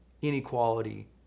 inequality